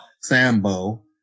Sambo